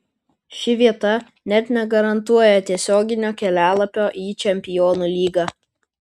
ši vieta net negarantuoja tiesioginio kelialapio į čempionų lygą